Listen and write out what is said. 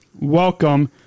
welcome